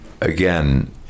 again